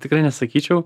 tikrai nesakyčiau